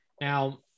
Now